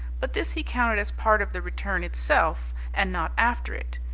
but this he counted as part of the return itself and not after it.